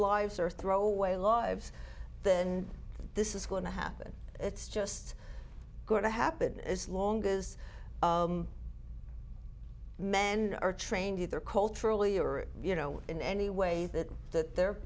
lives or throw away laws then this is going to happen it's just going to happen as long as men are trained either culturally or you know in any way that that they're